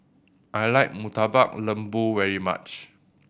I like Murtabak Lembu very much